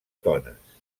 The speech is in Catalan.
tones